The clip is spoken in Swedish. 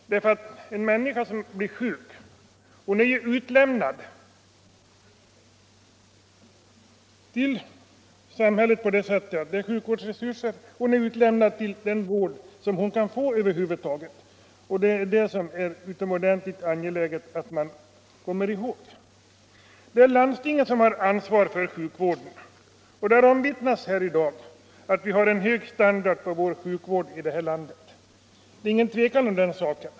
En människa som blir sjuk är ju utlämnad till den vård hon över huvud taget kan få. Det är utomordentligt angeläget att man kommer ihåg det. Det är som sagt landstingen som har ansvar för sjukvården. Det har omvittnats här i dag att vi har hög standard på sjukvården i vårt land. Det är inget tvivel om den saken.